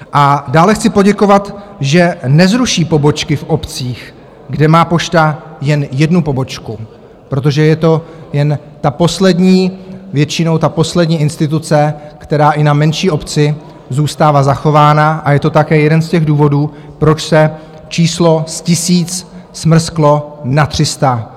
A dále chci poděkovat, že nezruší pobočky v obcích, kde má Pošta jen jednu pobočku, protože je to jen ta poslední, většinou ta poslední instituce, která i na menší obci zůstává zachována, a je to také jeden z těch důvodů, proč se číslo z 1 000 smrsklo na 300.